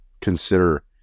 consider